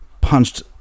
punched